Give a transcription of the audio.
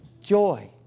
joy